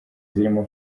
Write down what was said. zirimo